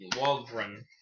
Wolverine